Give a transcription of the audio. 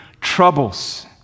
troubles